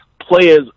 players